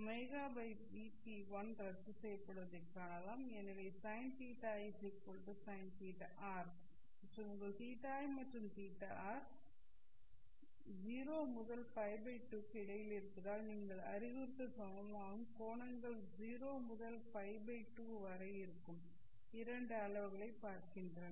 ωVp1 ரத்துசெய்யப்படுவதைக் காணலாம் எனவே sin θisin θr மற்றும் உங்கள் θi மற்றும் θr 0 முதல் π2 க்கு இடையில் இருப்பதால் நீங்கள் அறிகுறிகள் சமமாகவும் கோணங்கள் 0 முதல் π2 வரை இருக்கும் இரண்டு அளவுகளைப் பார்க்கின்றன